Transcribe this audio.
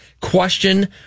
question